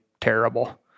terrible